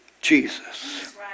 Jesus